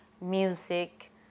music